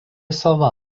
sala